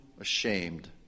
ashamed